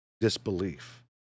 disbelief